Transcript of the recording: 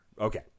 okay